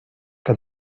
que